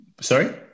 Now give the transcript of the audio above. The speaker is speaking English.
sorry